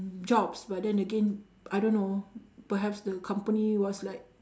jobs but then again I don't know perhaps the company was like